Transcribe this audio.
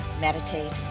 meditate